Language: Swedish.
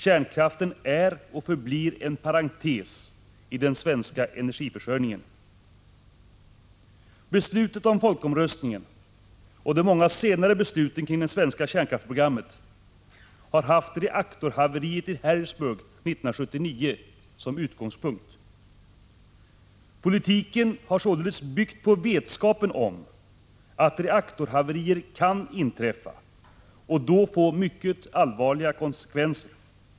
Kärnkraften är och förblir en parentes i den svenska energiförsörjningen. Beslutet om folkomröstningen och de många senare besluten kring det svenska kärnkraftsprogrammet har haft reaktorhaveriet i Harrisburg 1979 som utgångspunkt. Politiken har således byggt på vetskapen om att reaktorhaverier kan inträffa och då få mycket allvarliga konsekvenser.